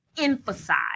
emphasize